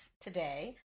today